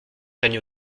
règne